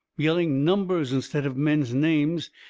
yelling numbers, instead of men's names.